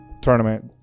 tournament